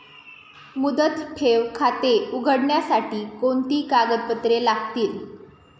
मुदत ठेव खाते उघडण्यासाठी कोणती कागदपत्रे लागतील?